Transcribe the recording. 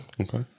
Okay